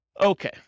Okay